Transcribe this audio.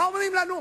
מה אומרים לנו?